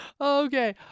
Okay